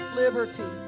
liberty